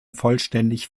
vollständig